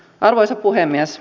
arvoisa puhemies